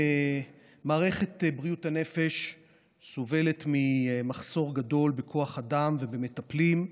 מערכת בריאות הנפש סובלת ממחסור גדול בכוח אדם ובמטפלים.